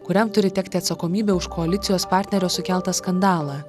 kuriam turi tekti atsakomybė už koalicijos partnerio sukeltą skandalą